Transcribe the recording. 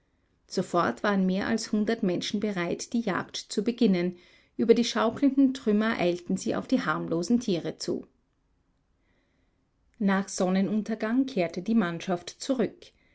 sofort waren mehr als hundert menschen bereit die jagd zu beginnen über die schaukelnden trümmer eilten sie auf die harmlosen tiere zu nach sonnenuntergang kehrte die mannschaft zurück